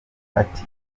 ati